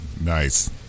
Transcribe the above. nice